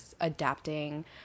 adapting